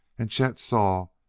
and chet saw,